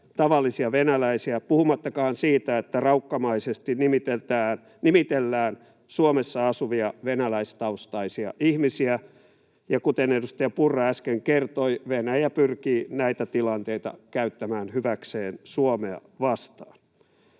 tavallisia venäläisiä, puhumattakaan siitä, että raukkamaisesti nimitellään Suomessa asuvia venäläistaustaisia ihmisiä. Kuten edustaja Purra äsken kertoi, Venäjä pyrkii näitä tilanteita käyttämään hyväkseen Suomea vastaan.